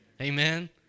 amen